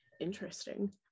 interesting